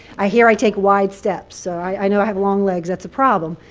i hear i take wide steps. so i know i have long legs. that's a problem.